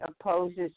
opposes